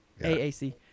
A-A-C